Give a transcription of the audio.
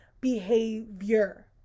behavior